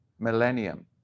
Millennium